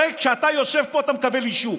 הרי כשאתה יושב פה אתה מקבל אישור.